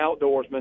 outdoorsman